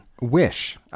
Wish